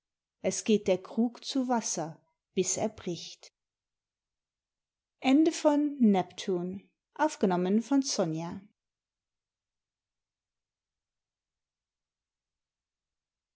es geht der krug zu wasser bis er bricht